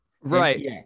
right